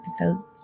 episode